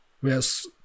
whereas